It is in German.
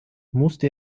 musste